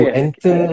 enter